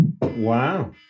Wow